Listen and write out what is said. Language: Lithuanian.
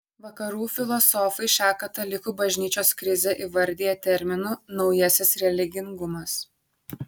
vakarų filosofai šią katalikų bažnyčios krizę įvardija terminu naujasis religingumas